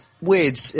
weird